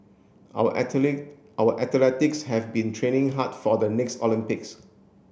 our athlete our athletics have been training hard for the next Olympics